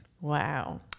Wow